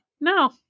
no